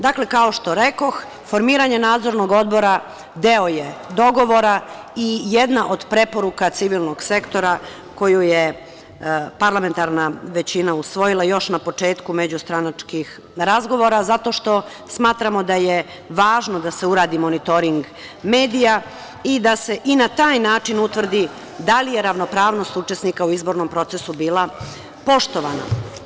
Dakle, kao što rekoh, formiranje Nadzornog odbora, deo je dogovora i jedna od preporuka civilnog sektora koju je parlamentarna većina usvojila još na početku međustranačkih razgovora, zato što smatramo da je važno da se uradi monitoring medija i da se i na taj način utvrdi da li je ravnopravnost učesnika u izbornom procesu bila poštovana.